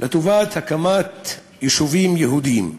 לטובת הקמת יישובים יהודיים.